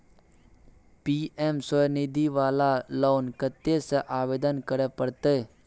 PM Svanidhi वाला loan कत्ते से आवेदन करे परतै?